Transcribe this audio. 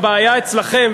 הבעיה אצלכם,